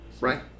Right